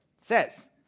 says